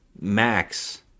Max